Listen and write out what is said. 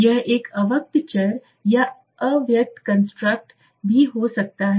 यह एक अव्यक्त चर या अव्यक्त कंस्ट्रक्ट भी हो सकता है